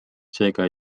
seega